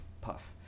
puff